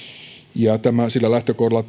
ja tämä sillä lähtökohdalla